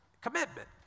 Commitment